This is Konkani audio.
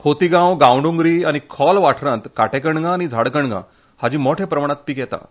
खोतीगांव गावडोंगरी आनी खोल वाठारांत काटेकणगां आनी झाडकणगां हांचे मोट्या प्रमाणांत पीक घेतात